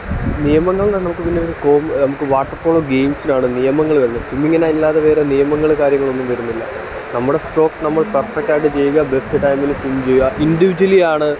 നിയമങ്ങളെന്നു പറഞ്ഞാൽ നമുക്ക് പിന്നീട് കോ നമുക്ക് വാട്ടർ പോളോ ഗെയിംസിലാണ് നിയമങ്ങൾ വരുന്നത് സ്വിമ്മിങ്ങിനായി അല്ലാതെ വേറെ നിയമങ്ങൾ കാര്യങ്ങളൊന്നും വരുന്നില്ല നമ്മുടെ സ്ട്രോക്ക് നമ്മൾ പെർഫെക്റ്റായിട്ട് ചെയ്യുക ബെസ്റ്റ് ടൈമിന് സ്വിമ്മ് ചെയ്യുക ഇൻഡിവിജ്വലി ആണ്